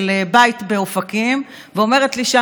זכות גדולה נפלה בחלקי להיות שליח של בית זה בתפקידי כמבקר